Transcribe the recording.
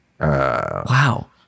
wow